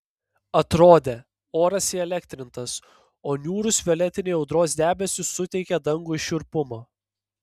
atrodė oras įelektrintas o niūrūs violetiniai audros debesys suteikė dangui šiurpumo